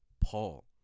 paul